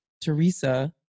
Teresa